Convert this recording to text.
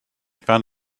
found